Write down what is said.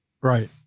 Right